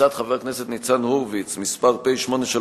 הצעת חבר הכנסת ניצן הורוביץ, פ/838/18,